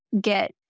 get